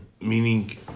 Meaning